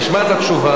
נשמע את התשובה.